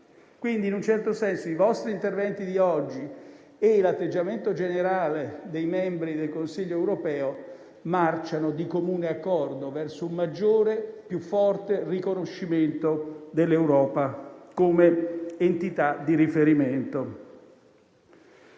Quindi, in un certo senso, i vostri interventi di oggi e l'atteggiamento generale dei membri del Consiglio europeo marciano di comune accordo verso un maggiore e più forte riconoscimento dell'Europa come entità di riferimento.